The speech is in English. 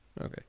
okay